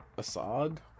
Assad